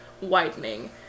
widening